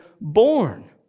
born